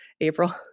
April